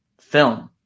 film